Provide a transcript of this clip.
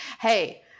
Hey